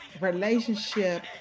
relationship